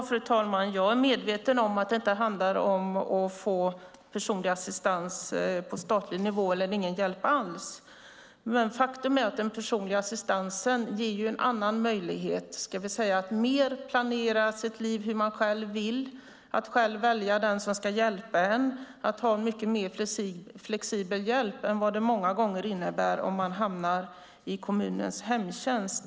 Fru talman! Jag är medveten om att det inte handlar om att få personlig assistans på statlig nivå eller ingen hjälp alls, men faktum är att den personliga assistansen ger en annan möjlighet att mer planera sitt liv hur man själv vill. Man kan själv välja vem som ska hjälpa en och ha en mycket mer flexibel hjälp än vad det många gånger innebär om man hamnar i kommunens hemtjänst.